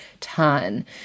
ton